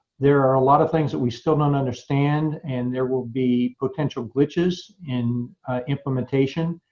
there are a lot of things that we still don't understand. and there will be potential glitches in implementation.